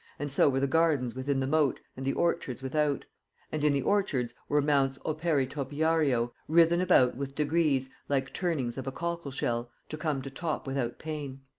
and so were the gardens within the mote and the orchards without and in the orchards were mounts opere topiario writhen about with degrees like turnings of a cockle-shell, to come to top without pain